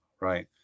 right